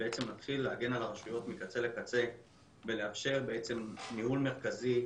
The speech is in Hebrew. ובעצם נתחיל להגן על הרשויות מקצה לקצה ונאפשר ניהול מרכזי,